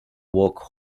walk